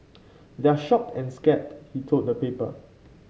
they're shocked and scared he told the paper